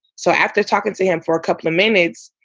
so after talking to him for a couple of minutes,